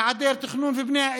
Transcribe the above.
על היעדר תכנון ובנייה,